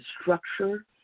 structure